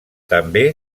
també